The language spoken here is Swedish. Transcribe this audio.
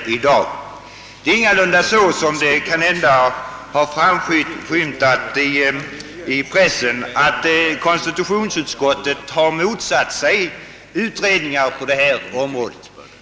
Det förhåller sig ingalunda så — såsom har framskymtat i pressen — att konstitutionsutskottet har motsatt sig utredningar på detta område.